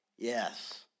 Yes